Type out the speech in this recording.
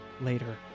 later